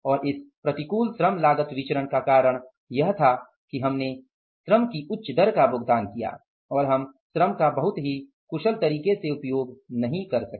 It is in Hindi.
और इस प्रतिकूल श्रम लागत विचरण का कारण यह था कि हमने श्रम की उच्च दर का भुगतान किया और हम श्रम का बहुत ही कुशल तरीके से उपयोग नहीं कर सके